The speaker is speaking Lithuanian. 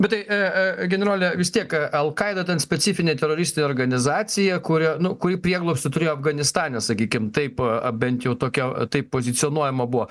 bet tai a a generole vis tiek alkaida tas specifinė teroristinė organizacija kuria na kuri prieglobstį turėjo afganistane sakykim taip bent jau tokia taip pozicionuojama buvo